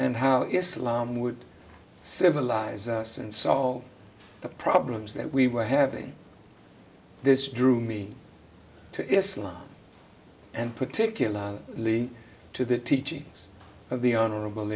and how islam would civilize us and solve the problems that we were having this drew me to islam and particular lee to the teachings of the honorable